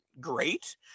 great